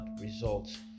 results